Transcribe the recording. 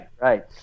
Right